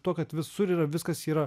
tuo kad visur yra viskas yra